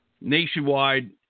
Nationwide